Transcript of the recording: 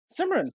Simran